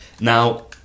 Now